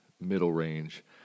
middle-range